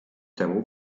temu